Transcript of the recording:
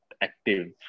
active